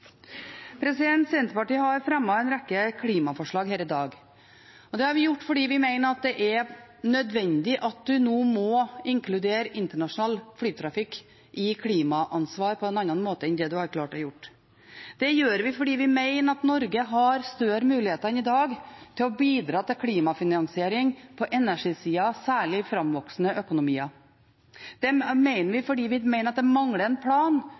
Senterpartiet har fremmet en rekke klimaforslag her i dag, og det har vi gjort fordi vi mener at det er nødvendig at en nå må inkludere internasjonal flytrafikk i klimaansvar på en annen måte enn det en har klart å gjøre. Det gjør vi fordi vi mener at Norge har større muligheter i dag til å bidra til klimafinansiering på energisiden, særlig i framvoksende økonomier. Det mener vi fordi vi mener at det mangler en plan